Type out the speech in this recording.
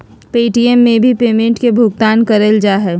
Paytm से भी payment के भुगतान करल जा हय